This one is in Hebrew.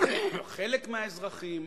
או חלק מהאזרחים,